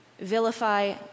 Vilify